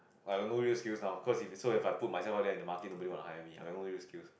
I have no real skills now cause so if I put myself out there the market right now nobody will hire me I got no real skills